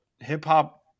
hip-hop